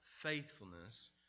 faithfulness